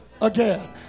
again